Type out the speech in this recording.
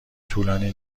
طولانی